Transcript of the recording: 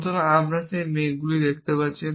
সুতরাং আপনি সেই মেঘগুলি দেখতে পাচ্ছেন